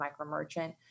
MicroMerchant